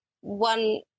one